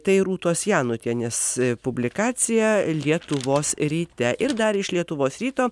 tai rūtos janutienės publikacija lietuvos ryte ir dar iš lietuvos ryto